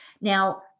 Now